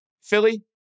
Philly